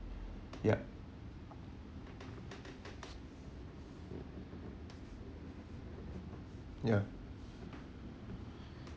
yup ya